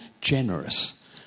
generous